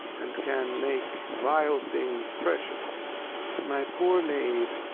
and can make vile things precious my poor knave,